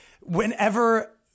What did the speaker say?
whenever